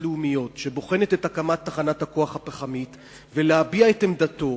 לאומיות שבוחנת את הקמת תחנת הכוח הפחמית ולהביע את עמדתו,